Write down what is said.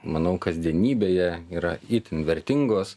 manau kasdienybėje yra itin vertingos